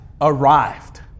arrived